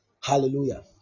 hallelujah